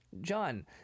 John